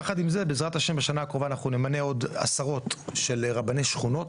ביחד עם זה בעזרת ה' בשנה הקרובה אנחנו נמנה עוד עשרות של רבני שכונות,